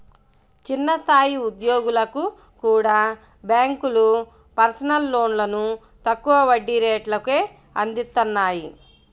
చిన్న స్థాయి ఉద్యోగులకు కూడా బ్యేంకులు పర్సనల్ లోన్లను తక్కువ వడ్డీ రేట్లకే అందిత్తన్నాయి